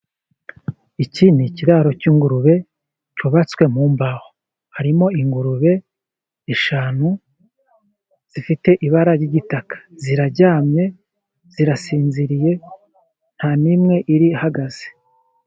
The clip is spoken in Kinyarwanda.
Iki ni ikiraro cy'ingurube cyubatswe mu mbaho. Harimo ingurube eshanu zifite ibara ry'igitaka, ziraryamye, zirasinziriye nta n'imwe ihagaze.